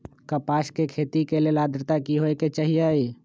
कपास के खेती के लेल अद्रता की होए के चहिऐई?